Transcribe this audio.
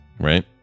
right